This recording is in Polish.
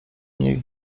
nie